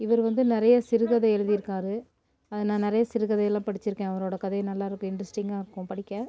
இவர் வந்து நிறைய சிறுகதை எழுதிருக்காரு அத நான் நிறைய சிறுகதைலாம் படிச்சுருக்கேன் அவரோடய கதை நல்லாருக்கும் இன்ட்ரெஸ்டிங்காக இருக்கும் படிக்க